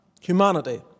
humanity